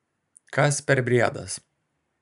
kas per briedas